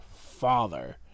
father